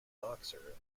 boxer